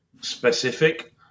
specific